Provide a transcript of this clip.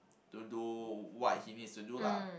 to do what he needs to do lah